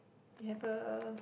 you have a